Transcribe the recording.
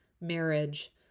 marriage